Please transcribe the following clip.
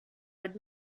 would